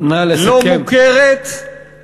לא מוכרת, נא לסכם.